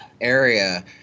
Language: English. area